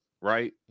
right